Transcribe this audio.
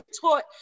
taught